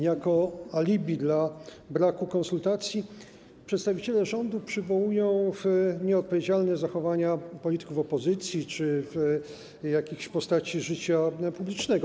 Jako alibi dla braku konsultacji przedstawiciele rządu przywołują nieodpowiedzialne zachowania polityków opozycji czy jakichś postaci z życia publicznego.